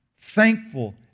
thankful